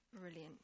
Brilliant